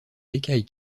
écailles